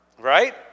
right